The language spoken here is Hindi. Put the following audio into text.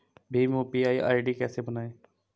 भीम यू.पी.आई आई.डी कैसे बनाएं?